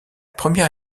première